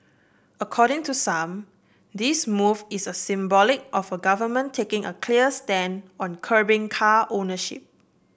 according to some this move is a symbolic of a government taking a clear stand on curbing car ownership